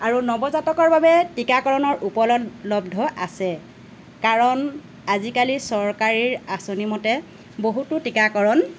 আৰু নৱজাতকৰ বাবে টিকাকৰণৰ উপলব্ধ আছে কাৰণ আজিকালি চৰকাৰী আঁচনি মতে বহুতো টিকাকৰণ